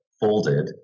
folded